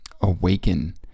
awaken